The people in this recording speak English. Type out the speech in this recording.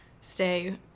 stay